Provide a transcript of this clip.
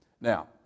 Now